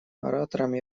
оратором